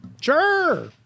Sure